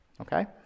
Okay